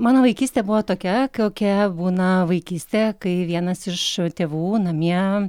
mano vaikystė buvo tokia kokia būna vaikystė kai vienas iš tėvų namie